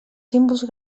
símbols